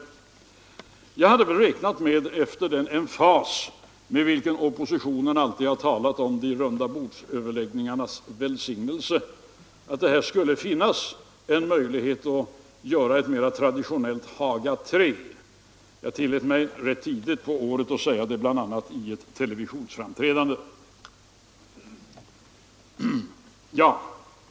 På grund av den emfas med vilken oppositionen alltid har talat om rundabordsöverläggningarnas välsignelse räknade jag med att det skulle finnas en möjlighet till ett mera traditionellt Haga III. Jag tillät mig att säga detta rätt tidigt på året, bl.a. vid ett televisionsframträdande.